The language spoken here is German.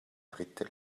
dritte